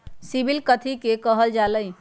CIBIL कथि के काहल जा लई?